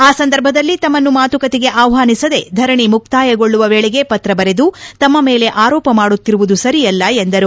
ಆ ಸಂದರ್ಭದಲ್ಲಿ ತಮ್ಮನ್ನು ಮಾತುಕತೆಗೆ ಆಹ್ವಾನಿಸದೆ ಧರಣಿ ಮುಕ್ತಾಯಗೊಳ್ಳುವ ವೇಳೆಗೆ ಪತ್ರ ಬರೆದು ತಮ್ಮ ಮೇಲೆ ಆರೋಪ ಮಾಡುತ್ತಿರುವುದು ಸರಿಯಲ್ಲ ಎಂದರು